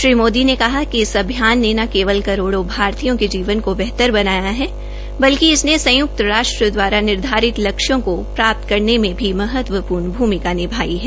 श्री मोदी ने कहा कि इस अभियान ने न केवल करोड़ों भारतीयो के जीवन को बेहतर बनाया है बल्कि इसने संयुक्त राष्ट्र दवारा निर्धारित लक्ष्यों को प्राप्त करने में भी महत्वपूर्ण भूमिका निभाई है